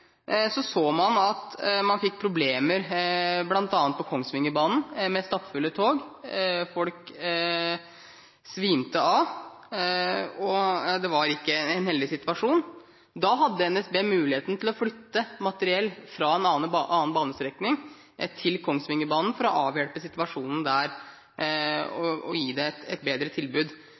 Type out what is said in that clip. så man at man fikk problemer med stappfulle tog, bl.a. på Kongsvingerbanen. Folk svimte av, og det var ikke en heldig situasjon. Da hadde NSB muligheten til å flytte materiell fra en annen banestrekning til Kongsvingerbanen, for å avhjelpe situasjonen der og gi et bedre tilbud.